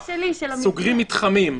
סוגרים מתחמים,